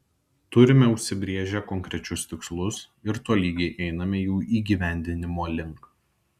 turime užsibrėžę konkrečius tikslus ir tolygiai einame jų įgyvendinimo link